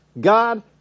God